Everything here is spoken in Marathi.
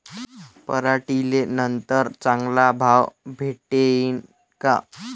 पराटीले नंतर चांगला भाव भेटीन का?